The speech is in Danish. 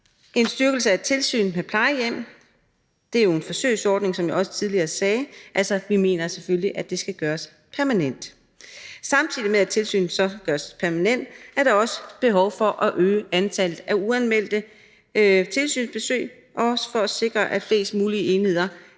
en styrkelse af tilsynet med plejehjem – det er jo en forsøgsordning, som jeg også tidligere sagde, og vi mener selvfølgelig, at den skal gøres permanent. Samtidig med at tilsynet gøres permanent, er der også behov for at øge antallet af uanmeldte tilsynsbesøg, også for at sikre, at flest mulige enheder får